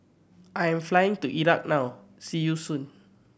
I am flying to Iraq now see you soon